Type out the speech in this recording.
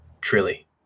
truly